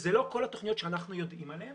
אלה לא כל התוכניות שאנחנו יודעים עליהן